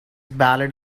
ballad